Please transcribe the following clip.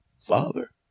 father